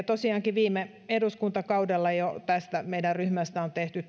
tosiaankin jo viime eduskuntakaudella tästä meidän ryhmästämme on tehty